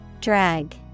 drag